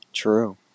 True